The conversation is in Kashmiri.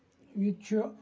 ییٚتہِ چھُ